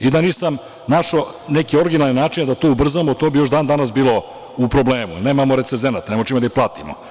I da nisam našao neke originalne načine da to ubrzamo, to bi još dan-danas bilo u problemu, jer nemamo recenzenata, nemamo čime da ih platimo.